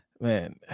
Man